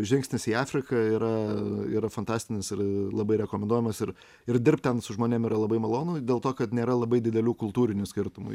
žingsnis į afriką yra yra fantastinis ir labai rekomenduojamas ir ir dirbt ten su žmonėm yra labai malonu dėl to kad nėra labai didelių kultūrinių skirtumų